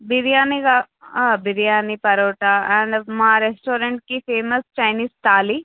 బిర్యానీ కా బిర్యానీ పరోటా అండ్ మా రెస్టారెంట్కి ఫేమస్ చైనీస్ థాలి